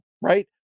right